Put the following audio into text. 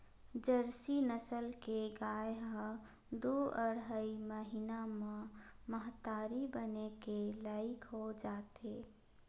Jersey नसल के गाय ह दू अड़हई महिना म महतारी बने के लइक हो जाथे